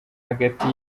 hagati